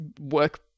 work